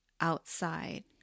outside